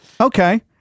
Okay